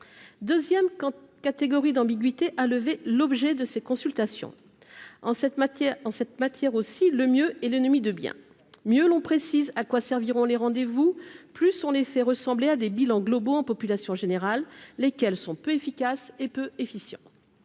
2ème catégorie d'ambiguïté à lever l'objet de ces consultations en cette matière, en cette matière aussi le mieux est l'ennemi de bien mieux longs précise à quoi serviront les rendez-vous plus on les fait ressembler à des bilans globaux en population générale, lesquels sont peu efficaces et peu efficient,